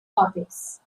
topics